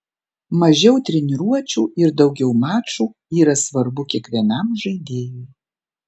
mažiau treniruočių ir daugiau mačų yra svarbu kiekvienam žaidėjui